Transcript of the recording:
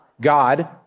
God